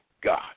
God